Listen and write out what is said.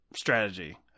strategy